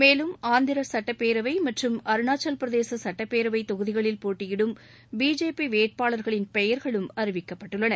மேலும் ஆந்திர சுட்டப்பேரவை மற்றும் அருணாச்சல பிரதேச சுட்டப்பேரவை தொகுதிகளில் போட்டியிடும் பிஜேபி வேட்பாளர்களின் பெயர்களும் அறிவிக்கப்பட்டுள்ளன